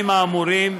ישראל,